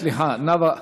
סליחה, נאוה דיברה.